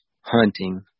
hunting